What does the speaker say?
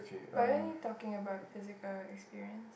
but aren't you talking about physical experience